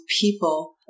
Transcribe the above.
people